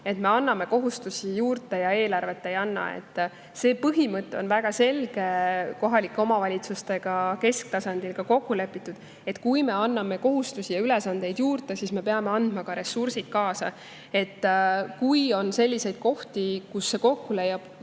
et me anname kohustusi juurde ja eelarvet ei anna. See selge põhimõte on kohalike omavalitsustega kesktasandil kokku lepitud, et kui me anname kohustusi ja ülesandeid juurde, siis me peame andma ka ressursid kaasa. Kui on selliseid kohti, kus see kokkulepe